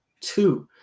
two